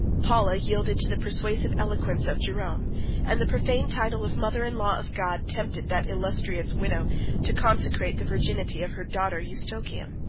paula yielded to the persuasive eloquence of jerom and the profane title of mother-in-law of god tempted that illustrious widow to consecrate the virginity of her daughter eustochium.